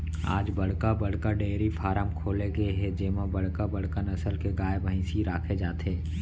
आज बड़का बड़का डेयरी फारम खोले गे हे जेमा बड़का बड़का नसल के गाय, भइसी राखे जाथे